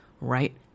Right